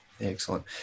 Excellent